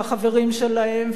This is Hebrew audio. והחברים שלהם,